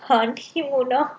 honeymoon ah